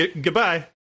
goodbye